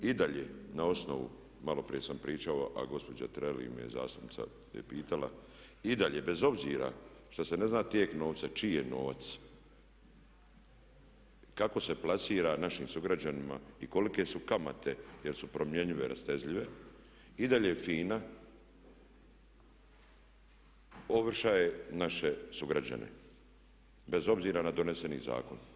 I dalje na osnovu maloprije sam pričao, a gospođa zastupnica Tireli me pitala, i dalje bez obzira što se ne zna tijek novca čiji je novac kako se plasira našim sugrađanima i kolike su kamate jer su promjenjive, rastezljive, i dalje FINA ovršuje naše sugrađane bez obzira na doneseni zakon.